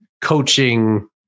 coaching